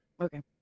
Okay